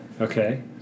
Okay